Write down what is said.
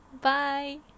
Bye